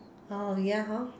oh ya hor